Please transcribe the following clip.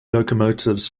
locomotives